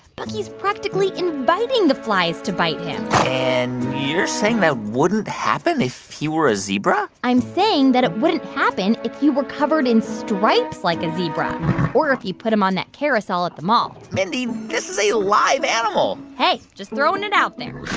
bucky's practically inviting the flies to bite him and you're saying that wouldn't happen if he were a zebra? i'm saying that it wouldn't happen if you were covered in stripes like a zebra or if you put him on that carousel at the mall mindy, this is a live animal hey, just throwing it out there